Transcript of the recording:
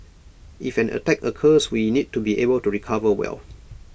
if an attack occurs we need to be able to recover well